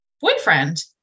boyfriend